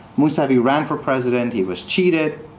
mousavi ran for president. he was cheated.